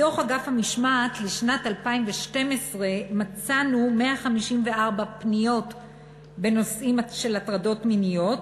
בדוח אגף המשמעת לשנת 2012 מצאנו 154 פניות בנושאים של הטרדות מיניות,